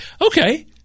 okay